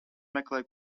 meklē